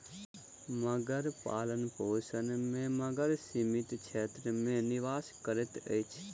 मगर पालनपोषण में मगर सीमित क्षेत्र में निवास करैत अछि